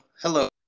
Hello